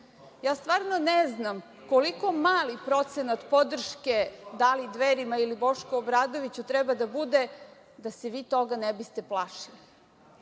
SNS.Stvarno ne znam koliko mali procenat podrške, da li Dverima ili Bošku Obradoviću, treba da bude da se vi toga ne biste plašili.